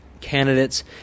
candidates